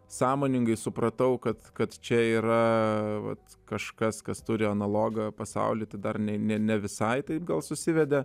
sąmoningai supratau kad kad čia yra vat kažkas kas turi analogą pasauly tai dar ne ne ne visai taip gal susivedė